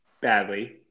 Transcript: badly